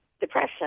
depression